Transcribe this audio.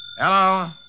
Hello